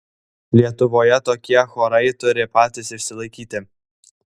lietuvoje tokie chorai turi patys išsilaikyti